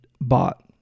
bought